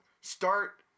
start